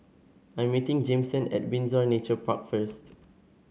I'm meeting Jameson at Windsor Nature Park first